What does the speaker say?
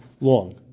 long